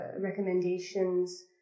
recommendations